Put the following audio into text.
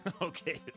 Okay